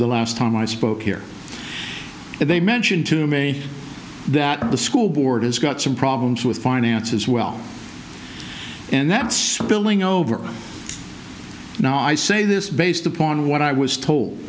the last time i spoke here and they mentioned to me that the school board has got some problems with finance as well and that's billing over and i say this based upon what i was told